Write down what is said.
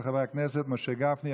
של חברי הכנסת משה גפני,